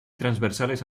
transversales